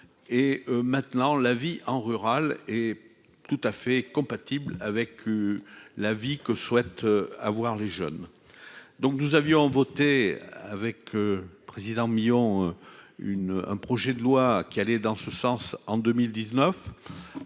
et maintenant la vie en rural et tout à fait compatible avec la vie que souhaite avoir les jeunes donc nous avions voté avec président Millon une hein. Projet de loi qui allait dans ce sens en 2019,